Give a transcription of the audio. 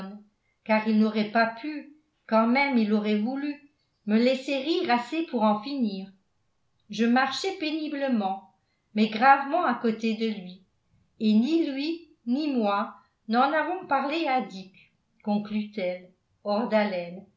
car il n'aurait pas pu quand même il l'aurait voulu me laisser rire assez pour en finir je marchais péniblement mais gravement à côté de lui et ni lui ni moi n'en avons parlé